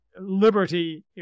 liberty